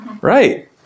Right